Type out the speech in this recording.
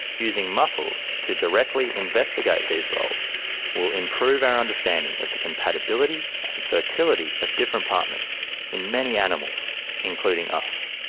using mussels to directly investigate these roles will improve our understanding of the compatibility and fertility of different partners in many animals including us.